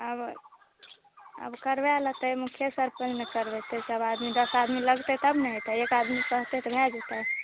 आब आब करबय लेतय तेसर कियो नहि करबेतय दश आदमी लगतय तब न एक आदमी कहतै तऽ भऽ जेतय